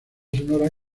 sonora